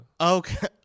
Okay